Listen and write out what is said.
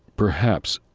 perhaps,